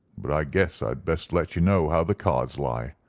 but i guess i'd best let you know how the cards lie.